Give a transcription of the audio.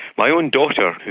my own daughter,